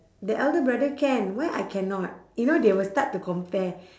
the elder brother can why I cannot you know they will start to compare